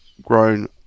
grown